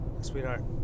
sweetheart